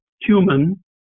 human